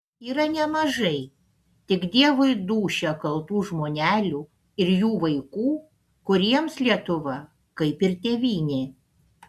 yra nemažai tik dievui dūšią kaltų žmonelių ir jų vaikų kuriems lietuva kaip ir tėvynė